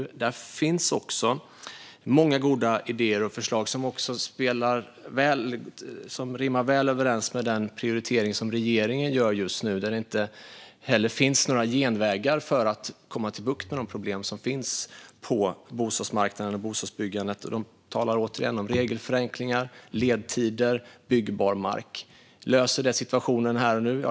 Men här fanns också många goda idéer och förslag som rimmar väl med den prioritering regeringen gör. Det finns inga genvägar för att få bukt med de problem som finns på bostadsmarknaden och med bostadsbyggandet. Det talades åter om regelförenklingar, ledtider och byggbar mark. Löser detta situationen här och nu?